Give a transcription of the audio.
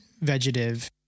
vegetative